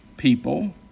People